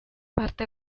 parte